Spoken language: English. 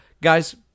Guys